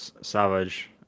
Savage